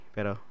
Pero